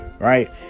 Right